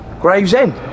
Gravesend